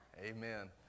amen